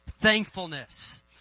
thankfulness